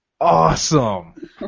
Awesome